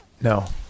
No